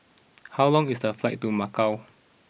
how long is the flight to Macau